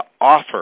offer